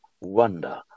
wonder